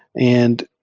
and